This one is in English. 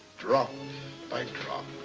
drop um by drop.